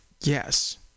Yes